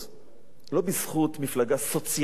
לא בזכות מפלגה סוציאל-דמוקרטית.